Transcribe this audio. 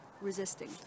resisting